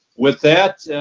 with that,